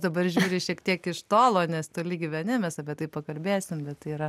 dabar žiūri šiek tiek iš tolo nes toli gyveni mes apie tai pakalbėsim bet tai yra